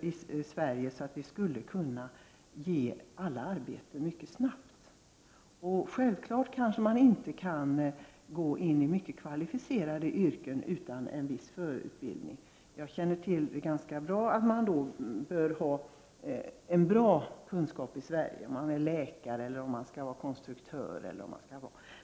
i Sverige att vi skulle kunna ge alla arbete mycket snabbt. Självfallet kan man inte gå till mycket kvalificerade yrken utan en viss förutbildning. Jag är medveten om att man bör ha bra kunskaper i Sverige om man vill bli läkare, konstruktör, osv.